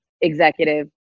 executive